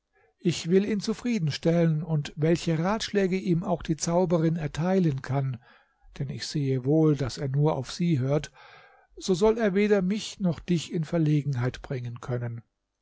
ich will ihn zufrieden stellen und welche ratschläge ihm auch die zauberin erteilen kann denn ich sehe wohl daß er nur auf sie hört so soll er weder mich noch dich in verlegenheit bringen können